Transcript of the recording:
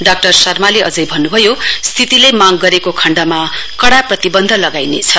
डा शर्माले अझै भन्नुभयो स्थितिले मांग गरेको खण्डमा कड्डा प्रतिवन्ध लगाइनेछ